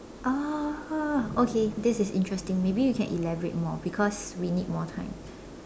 uh okay this is interesting maybe you can elaborate more because we need more time